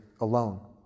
alone